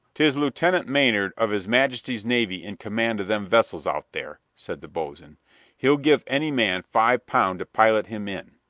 tis lieutenant maynard of his majesty's navy in command of them vessels out there, said the boatswain. he'll give any man five pound to pilot him in.